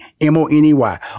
M-O-N-E-Y